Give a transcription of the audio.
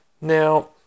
now